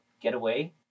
Getaway